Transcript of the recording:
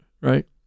Right